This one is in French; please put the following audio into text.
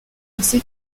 ainsi